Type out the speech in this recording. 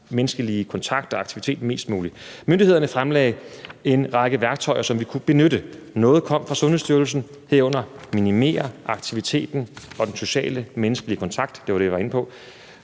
menneskelige kontakt og aktivitet mest muligt. Myndighederne fremlagde en række værktøjer, som vi kunne benytte. Noget kom fra Sundhedsstyrelsen, herunder at minimere aktiviteten og den sociale menneskelige kontakt – det var det, jeg var inde på